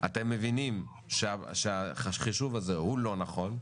אתם מבינים שהחישוב הזה הוא לא נכון,